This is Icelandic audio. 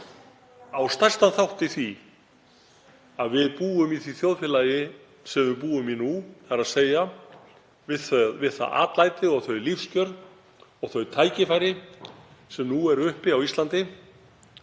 á stærstan þátt í því að við búum í því þjóðfélagi sem við búum í nú, þ.e. við það atlæti og þau lífskjör og þau tækifæri sem nú eru uppi á Íslandi.